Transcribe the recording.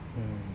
mm